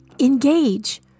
Engage